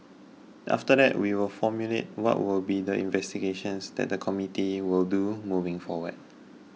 after that we will formulate what will be the investigations that the committee will do moving forward